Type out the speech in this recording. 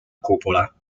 cupola